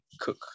cook